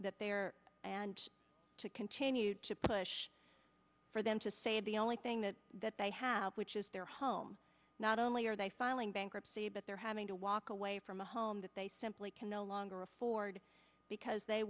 that they are to continue to push for them to save the only thing that they have which is their home not only are they filing bankruptcy but they're having to walk away from a home that they simply can no longer afford because they